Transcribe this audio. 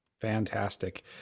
fantastic